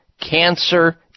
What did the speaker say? cancer